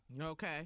Okay